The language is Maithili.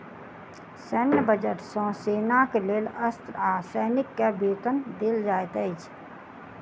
सैन्य बजट सॅ सेनाक लेल अस्त्र आ सैनिक के वेतन देल जाइत अछि